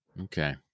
Okay